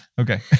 Okay